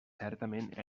certament